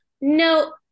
No